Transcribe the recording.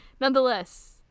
Nonetheless